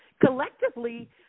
collectively